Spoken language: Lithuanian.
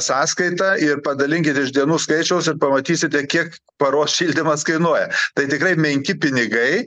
sąskaitą ir padalinkit iš dienų skaičiaus ir pamatysite kiek paros šildymas kainuoja tai tikrai menki pinigai